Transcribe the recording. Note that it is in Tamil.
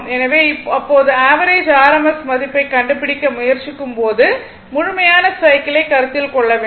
எனவே அப்பொது ஆவரேஜ் RMS மதிப்பைக் கண்டுபிடிக்க முயற்சிக்கும்போது முழுமையான சைக்கிளை கருத்தில் கொள்ள வேண்டும்